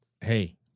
Hey